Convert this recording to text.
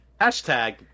hashtag